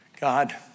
God